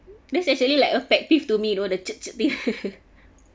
that's actually like effective to me though the chit chit thing